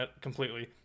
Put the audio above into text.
completely